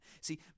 See